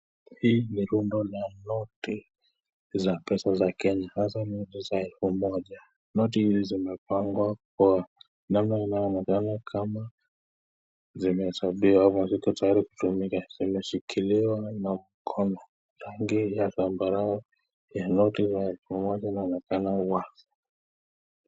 Hii ni runda la noti za pesa za Kenya haswa noti za elfu moja, noti hizi zimepangwa kwa namna inayoonekana kama zimehesabiwa au ziko tayari kutumika na kushikiliwa na mkono rangi ya zambarau ya noti ya elfu moja inaonekana.